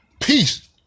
Peace